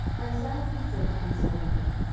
and samson said concerning them,